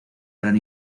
gran